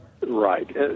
Right